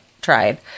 tried